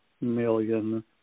million